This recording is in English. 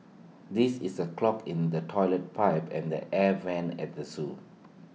this is A clog in the Toilet Pipe and the air Vents at the Zoo